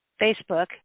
Facebook